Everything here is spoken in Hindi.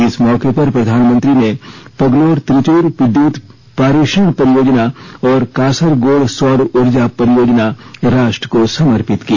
इस मौके पर प्रधानमंत्री ने पुगलुर त्रिचुर विद्युत पारेषण परियोजना और कासरगोड सौर ऊर्जा परियोजना राष्ट्र को समर्पित की